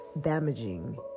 damaging